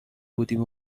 بودیم